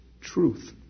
truth